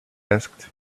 asked